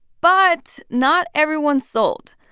but not everyone's sold.